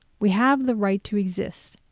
we have the right to exist.